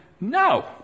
no